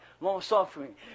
long-suffering